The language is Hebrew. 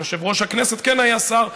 יושב-ראש הכנסת כן היה שר,